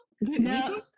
No